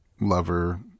lover